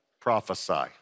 prophesy